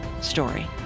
story